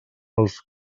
els